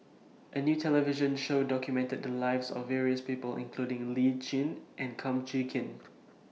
A New television Show documented The Lives of various People including Lee Tjin and Kum Chee Kin